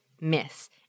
miss